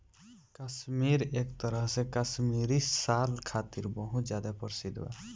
काश्मीर एक तरह से काश्मीरी साल खातिर बहुत ज्यादा प्रसिद्ध बा